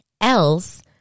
else